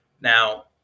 Now